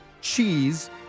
cheese